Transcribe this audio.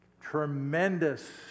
tremendous